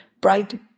bright